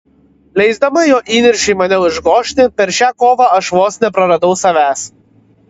leisdama jo įniršiui mane užgožti per šią kovą aš vos nepraradau savęs